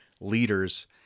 leaders